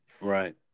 Right